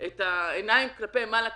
העיניים כלפי מעלה,